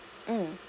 mm